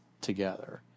together